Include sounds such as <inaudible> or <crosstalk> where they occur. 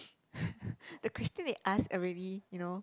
<breath> the question they ask already you know